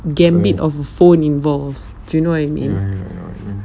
gambit of a phone involves you know what I mean